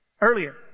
earlier